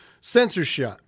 censorship